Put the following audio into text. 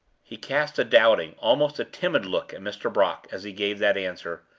he cast a doubting, almost a timid look at mr. brock as he gave that answer,